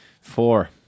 four